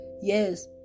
Yes